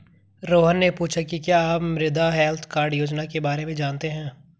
रोहन ने पूछा कि क्या आप मृदा हैल्थ कार्ड योजना के बारे में जानते हैं?